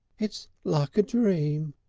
it's like a dream.